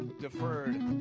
deferred